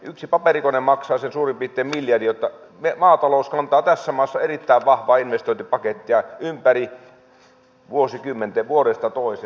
yksi paperikone maksaa suurin piirtein sen miljardin joten maatalous kantaa tässä maassa erittäin vahvaa investointipakettia ympäri vuosikymmenten vuodesta toiseen